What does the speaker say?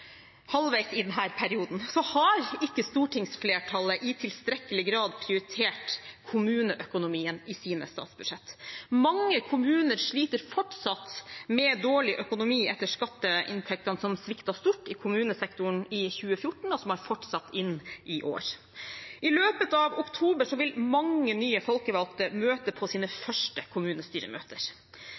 halvveis i denne perioden har ikke stortingsflertallet i tilstrekkelig grad prioritert kommuneøkonomien i sine statsbudsjett. Mange kommuner sliter fortsatt med dårlig økonomi etter at skatteinntektene sviktet stort i kommunesektoren i 2014, og som har fortsatt inn i år. I løpet av oktober vil mange nye folkevalgte møte på sine første kommunestyremøter.